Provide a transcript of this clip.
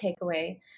takeaway